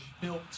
built